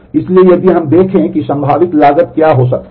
इसलिए यदि हम देखें कि संभावित लागत क्या हो सकती है